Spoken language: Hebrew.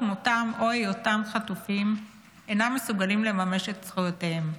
מותם או היותם חטופים אינם מסוגלים לממש את זכויותיהם.